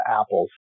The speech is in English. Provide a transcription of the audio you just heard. apples